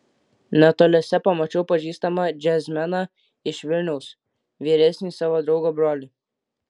netoliese pamačiau pažįstamą džiazmeną iš vilniaus vyresnį savo draugo brolį